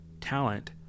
talent